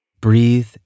breathe